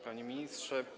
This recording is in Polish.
Panie Ministrze!